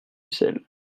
ussel